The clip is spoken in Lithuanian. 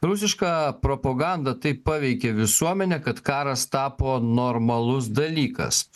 rusiška propaganda taip paveikė visuomenę kad karas tapo normalus dalykas